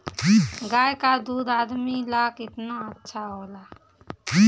गाय का दूध आदमी ला कितना अच्छा होला?